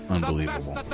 Unbelievable